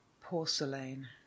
porcelain